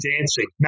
Dancing